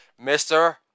Mr